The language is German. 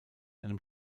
einem